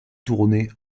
tourner